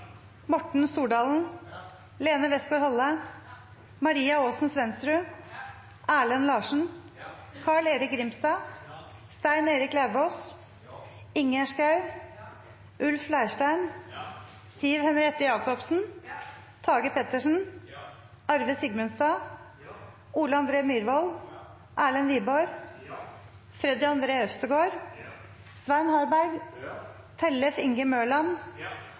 Morten Stordalen, Lene Westgaard-Halle, Maria Aasen-Svensrud, Erlend Larsen, Carl-Erik Grimstad, Stein Erik Lauvås, Ingjerd Schou, Ulf Leirstein, Siv Henriette Jacobsen, Tage Pettersen, Arve Sigmundstad, Ole André Myhrvold, Erlend Wiborg, Freddy André Øvstegård, Svein Harberg, Tellef Inge Mørland,